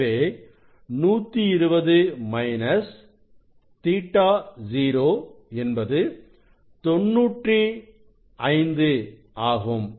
எனவே 120 மைனஸ் Ɵ0 என்பது 95 ஆகும்